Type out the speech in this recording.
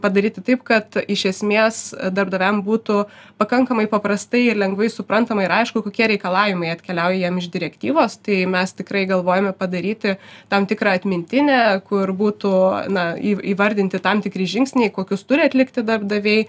padaryti taip kad iš esmės darbdaviam būtų pakankamai paprastaiir lengvai suprantama ir aišku kokie reikalavimai atkeliauja jiem iš direktyvos tai mes tikrai galvojame padaryti tam tikrą atmintinę kur būtų na įvardinti tam tikri žingsniai kokius turi atlikti darbdaviai